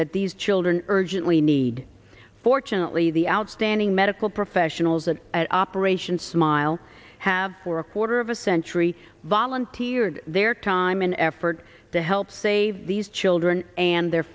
that these children urgently need fortunately the outstanding medical professionals that at operation smile have for a quarter of a century volunteered their time and effort to help save these children and their